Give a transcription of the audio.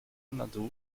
nadu